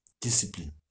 discipline